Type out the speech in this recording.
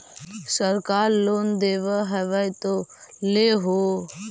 सरकार लोन दे हबै तो ले हो?